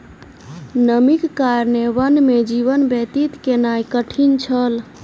नमीक कारणेँ वन में जीवन व्यतीत केनाई कठिन छल